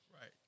right